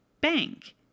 bank